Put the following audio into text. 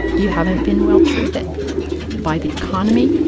you haven't been well-treated by the economy.